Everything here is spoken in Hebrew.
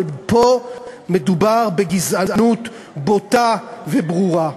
אבל פה מדובר בגזענות בוטה וברורה.